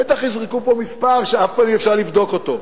בטח יזרקו פה מספר שאף פעם אי-אפשר לבדוק אותו.